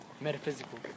Metaphysical